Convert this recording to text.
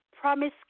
Promise